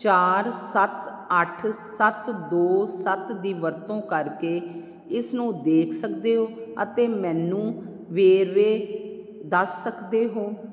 ਚਾਰ ਸੱਤ ਅੱਠ ਸੱਤ ਦੋ ਸੱਤ ਦੀ ਵਰਤੋਂ ਕਰਕੇ ਇਸ ਨੂੰ ਦੇਖ ਸਕਦੇ ਹੋ ਅਤੇ ਮੈਨੂੰ ਵੇਰਵੇ ਦੱਸ ਸਕਦੇ ਹੋ